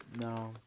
No